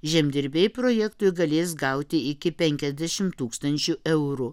žemdirbiai projektui galės gauti iki penkiasdešimt tūkstančių eurų